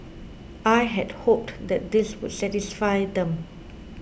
I had hoped that this would satisfy them